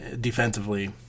defensively